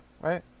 right